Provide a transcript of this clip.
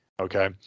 okay